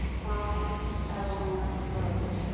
molly eleanor rhoades